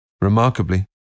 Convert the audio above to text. Remarkably